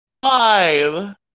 Five